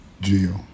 jail